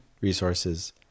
resources